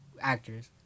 actors